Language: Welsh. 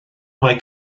mae